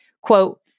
Quote